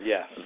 Yes